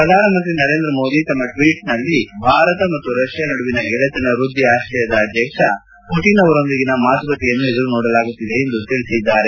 ಪ್ರಧಾನಮಂತ್ರಿ ನರೇಂದ್ರ ಮೋದಿ ತಮ್ಮ ಟ್ವೀಟ್ನಲ್ಲಿ ಭಾರತ ಮತ್ತು ರಷ್ಯಾ ನಡುವಿನ ಗೆಳಿತನ ವ್ವದ್ದಿ ಆಶಯದ ಅಧ್ಯಕ್ಷ ಪುಟಿನ್ ಅವರೊಂದಿಗಿನ ಮಾತುಕತೆಯನ್ನು ಎದುರು ನೋಡಲಾಗುತ್ತಿದೆ ಎಂದು ಹೇಳಿದ್ದಾರೆ